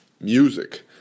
music